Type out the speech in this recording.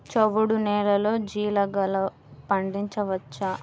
చవుడు నేలలో జీలగలు పండించవచ్చా?